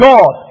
God